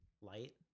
light